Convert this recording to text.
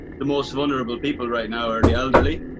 the most vulnerable people right now are the elderly.